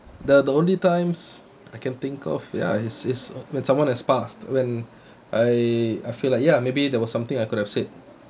the the only times I can think of ya it's it's when someone has passed when I uh feel like ya maybe there was something I could have said